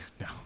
No